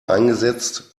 eingesetzt